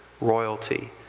royalty